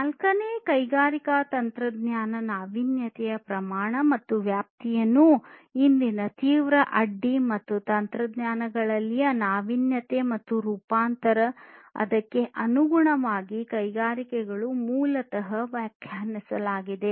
ನಾಲ್ಕನೇ ಕೈಗಾರಿಕಾ ಕ್ರಾಂತಿಯ ನಾವೀನ್ಯತೆಯ ಪ್ರಮಾಣ ಮತ್ತು ವ್ಯಾಪ್ತಿಯನ್ನು ಇಂದಿನ ತೀವ್ರ ಅಡ್ಡಿ ಮತ್ತು ತಂತ್ರಜ್ಞಾನಗಳಲ್ಲಿನ ನಾವೀನ್ಯತೆ ಮತ್ತು ರೂಪಾಂತರ ಅದಕ್ಕೆ ಅನುಗುಣವಾಗಿ ಕೈಗಾರಿಕೆಗಳು ಮೂಲತಃ ವ್ಯಾಖ್ಯಾನಿಸಲಾಗಿದೆ